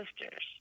sisters